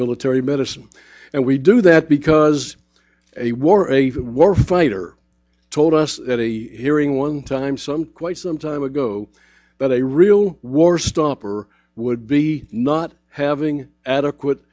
military medicine and we do that because a war even war fighter told us at a hearing one time some quite some time ago that a real war stopper would be not having adequate